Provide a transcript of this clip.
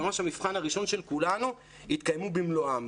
המבחן הראשון של כולנו יתקיימו במלואן,